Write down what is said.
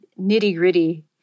nitty-gritty